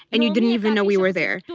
and you didn't even know we were there.